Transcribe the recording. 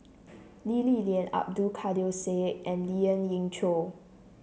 Lee Li Lian Abdul Kadir Syed and Lien Ying Chow